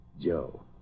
Joe